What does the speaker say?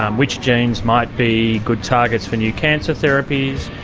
um which genes might be good targets for new cancer therapies,